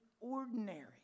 ordinary